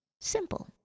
Simple